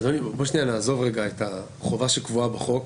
אדוני, בוא נעזוב לרגע את החובה שקבועה בחוק.